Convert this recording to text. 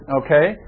okay